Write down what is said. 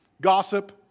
Gossip